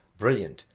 brilliant,